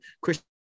Christian